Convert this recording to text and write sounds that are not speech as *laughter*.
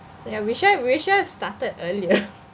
and I wish I wish I have started earlier *laughs*